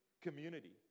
community